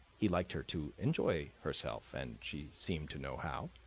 he liked her to enjoy herself, and she seemed to know how.